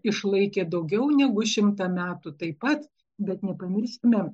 išlaikė daugiau negu šimtą metų taip pat bet nepamirškime